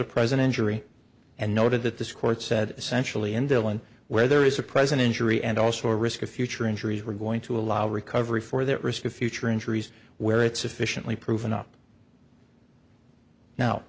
a presidential and noted that this court said essentially in dillon where there is a present injury and also a risk of future injuries we're going to allow recovery for that risk of future injuries where it sufficiently proven up now